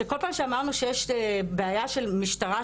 שכל פעם שאמרנו שיש בעיה של משטרה,